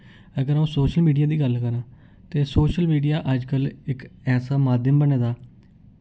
अगर अ'ऊं social media दी गल्ल करां ते सोशल मीडिया अजकल इक ऐसा माध्यम बने दा